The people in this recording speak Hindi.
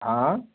हाँ